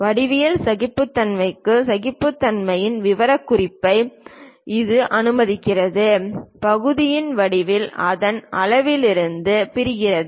வடிவியல் சகிப்புத்தன்மைக்கு சகிப்புத்தன்மையின் விவரக்குறிப்பை இது அனுமதிக்கிறது பகுதியின் வடிவியல் அதன் அளவிலிருந்து பிரிக்கிறது